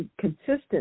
Consistent